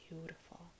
Beautiful